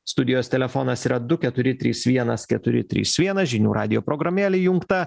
studijos telefonas yra du keturi trys vienas keturi trys vienas žinių radijo programėlė įjungta